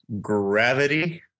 Gravity